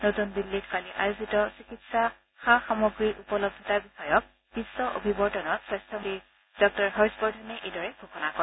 নতুন দিল্লীত কালি আয়োজিত চিকিৎসা সা সামগ্ৰীৰ উপলব্ধতা বিষয়ক বিশ্ব অভিবৰ্তনত স্বাস্থ্য মন্ত্ৰী হৰ্ষবৰ্ধনে এইদৰে ঘোষণা কৰে